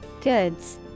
Goods